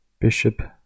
bishop